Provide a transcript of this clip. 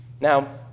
Now